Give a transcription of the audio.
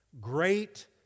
great